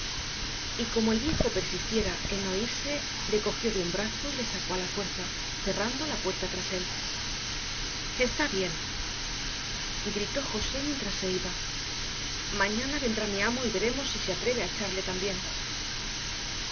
y como el viejo persistiera en no irse le cogió de un brazo y le sacó a la fuerza cerrando la puerta tras él está bien gritó josé mientras se iba mañana vendrá mi amo y veremos si se atreve a echarle también